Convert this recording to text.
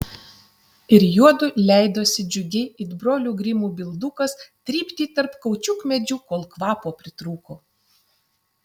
ir juodu leidosi džiugiai it brolių grimų bildukas trypti tarp kaučiukmedžių kol kvapo pritrūko